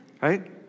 right